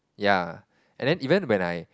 ya and then even when I